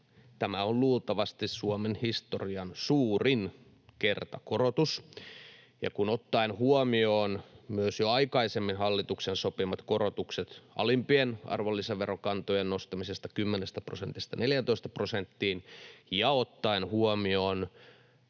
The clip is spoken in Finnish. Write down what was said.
tämä on luultavasti Suomen historian suurin kertakorotus, ja ottaen huomioon myös hallituksen jo aikaisemmin sopimat korotukset alimpien arvonlisäverokantojen nostamisesta 10 prosentista 14 prosenttiin ja ottaen huomioon